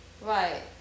right